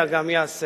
אלא גם ייעשה.